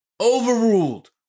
Overruled